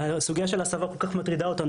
אם הסוגיה של הסבה כל כך מטרידה אותנו,